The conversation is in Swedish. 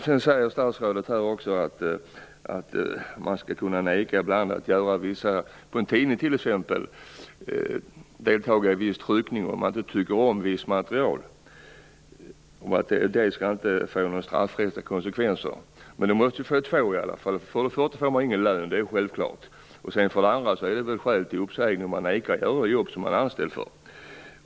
Sedan säger statsrådet också att man t.ex. på en tidning skall kunna neka att deltaga i tryckning om man inte tycker om visst material. Det skall inte få några straffrättsliga konsekvenser. Men det måste få två i alla fall. För det första får man ingen lön. Det är självklart. För det andra är det väl skäl till uppsägning om man nekar att göra jobb som man är anställd för.